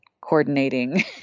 coordinating